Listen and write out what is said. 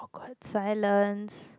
awkward silence